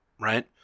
right